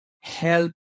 help